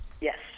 yes